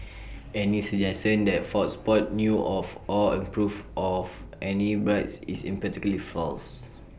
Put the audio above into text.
any suggestion that fox sports knew of or approved of any bribes is emphatically false